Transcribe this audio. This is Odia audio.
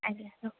ଆଜ୍ଞା ରଖୁଛି